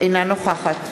אינה נוכחת